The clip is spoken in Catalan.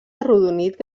arrodonit